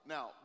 Now